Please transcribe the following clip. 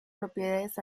propiedades